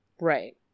Right